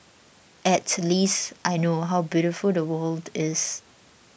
at least I know how beautiful the world is